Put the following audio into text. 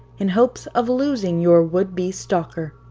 in hopes of losing your would be stalker.